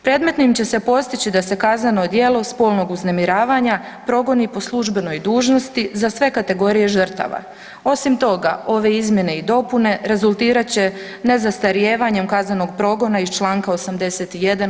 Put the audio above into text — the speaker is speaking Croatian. Predmetnim će se postići da se kazneno djelo spolnog uznemiravanja progoni po službenoj dužnosti za sve kategorije žrtava, osim toga ove izmjene i dopune rezultirat će ne zastarijevanjem kaznenog progona ih čl. 81.